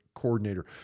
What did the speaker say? coordinator